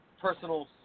personal